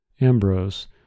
Ambrose